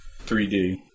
3D